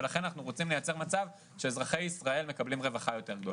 ולכן אנחנו רוצים לייצר מצב שבו אזרחי ישראל מקבלים רווחה יותר גדולה.